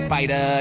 Fighter